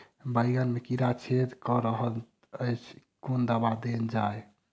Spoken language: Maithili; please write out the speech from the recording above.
बैंगन मे कीड़ा छेद कऽ रहल एछ केँ दवा देल जाएँ?